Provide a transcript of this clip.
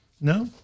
No